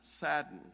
saddened